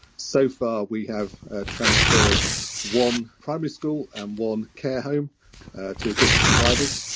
so far, we have ah transferred one primary school and one care home to different providers.